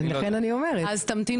אז לכן אני אומרת.